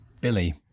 Billy